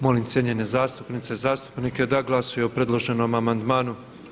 Molim cijenjene zastupnice i zastupnike da glasuju o predloženom amandmanu.